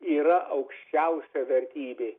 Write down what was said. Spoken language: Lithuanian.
yra aukščiausia vertybė